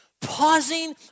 pausing